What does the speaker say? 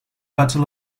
battle